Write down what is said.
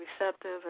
receptive